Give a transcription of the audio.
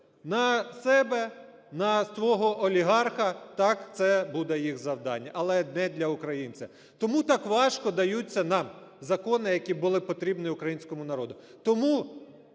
на себе, на свого олігарха – так, це буде їх завдання, але не для українця. Тому так важко даються нам закони, які були потрібні українському народу,